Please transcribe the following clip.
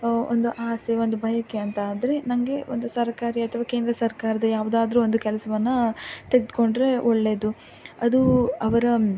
ಒಂದು ಆಸೆ ಒಂದು ಬಯಕೆ ಅಂತ ಆದರೆ ನನಗೆ ಒಂದು ಸರ್ಕಾರಿ ಅಥವಾ ಕೇಂದ್ರ ಸರ್ಕಾರದ ಯಾವುದಾದರೂ ಒಂದು ಕೆಲ್ಸವನ್ನು ತೆಗೆದ್ಕೊಂಡ್ರೆ ಒಳ್ಳೆಯದು ಅದು ಅವರ